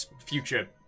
future